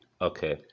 Okay